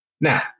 Now